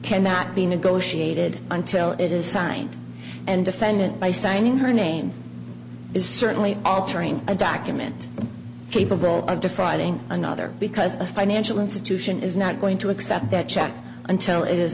cannot be negotiated until it is signed and defendant by signing her name is certainly altering a document capable of defrauding another because a financial institution is not going to accept that check until i